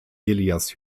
elias